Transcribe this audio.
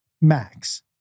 max